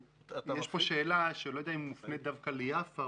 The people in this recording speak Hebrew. יש פה שאלה שאני לא יודע אם היא מופנית דווקא ליפה,